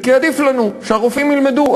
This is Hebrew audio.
וכי עדיף לנו שהרופאים ילמדו,